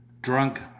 drunk